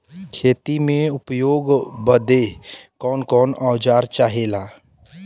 खेती में उपयोग बदे कौन कौन औजार चाहेला?